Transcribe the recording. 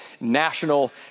national